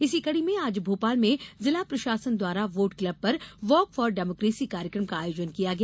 इसी कड़ी में आज भोपाल में जिला प्रशासन द्वारा वोट क्लब पर वॉक फार डेमोकेसी कार्यकम का आयोजन किया गया